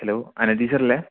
hello Anu ടീച്ചറല്ലേ